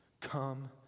Come